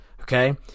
Okay